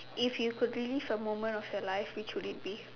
if you relieve a moment of your life which would it be